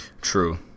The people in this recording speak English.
True